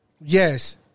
Yes